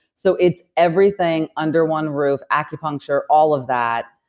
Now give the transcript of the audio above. so, it's everything under one roof, acupuncture, all of that.